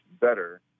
better